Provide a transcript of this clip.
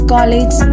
College